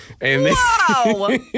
Wow